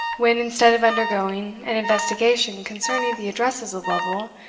when, instead of undergoing an investigation concerning the addresses of lovel,